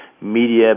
media